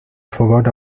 forgot